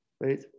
Right